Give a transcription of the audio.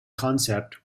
concept